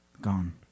Gone